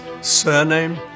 surname